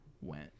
went